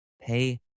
pay